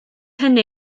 hynny